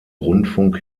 rundfunk